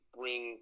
bring